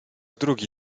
drugi